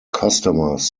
customers